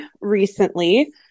recently